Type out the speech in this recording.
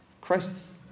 Christ's